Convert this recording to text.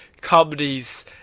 comedies